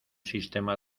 sistema